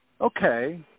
okay